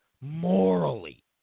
morally